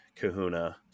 kahuna